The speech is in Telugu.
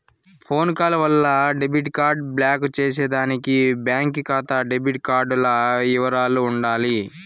ఫోన్ కాల్ వల్ల డెబిట్ కార్డు బ్లాకు చేసేదానికి బాంకీ కాతా డెబిట్ కార్డుల ఇవరాలు ఉండాల